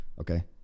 okay